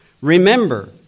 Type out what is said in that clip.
remember